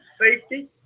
safety